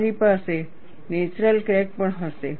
તમારી પાસે natural crack પણ હશે